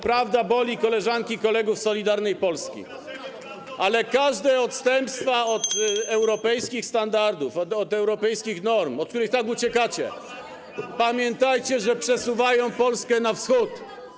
Prawda boli koleżanki, kolegów z Solidarnej Polski (Gwar na sali, dzwonek), ale każde odstępstwa od europejskich standardów, od europejskich norm, od których tak uciekacie, pamiętajcie, że przesuwają Polskę na wschód.